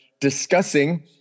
discussing